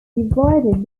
divided